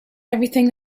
everything